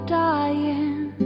dying